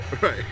Right